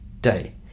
day